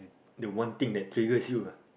the one thing that triggers you ah